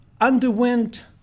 underwent